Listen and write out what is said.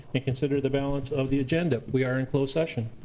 and consider the balance of the agenda. we are in closed session.